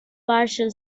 partial